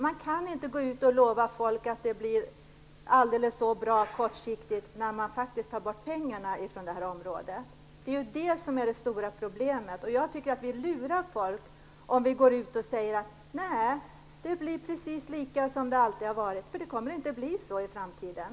Man kan inte gå ut och lova människor att det blir alldeles så bra kortsiktigt när man faktiskt tar bort pengarna från detta område. Det är ju detta som är det stora problemet. Jag tycker att vi lurar folk om vi går ut och säger att det blir precis som det alltid har varit, eftersom det inte kommer att bli så i framtiden.